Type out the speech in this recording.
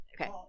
okay